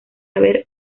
haber